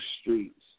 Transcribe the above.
streets